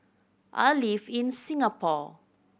I live in Singapore